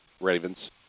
ravens